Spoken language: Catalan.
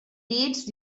llits